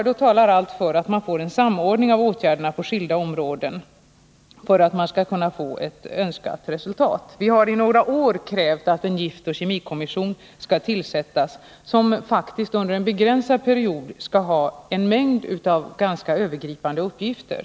Då talar allt för att man får en samordning av åtgärderna på skilda områden för att man skall kunna nå det önskade resultatet. Vi har under några år krävt att en giftoch kemikommission skall tillsättas som faktiskt under en begränsad period skall ha en mängd ganska övergripande uppgifter.